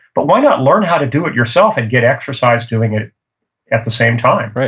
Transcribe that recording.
but why not learn how to do it yourself and get exercise doing it at the same time?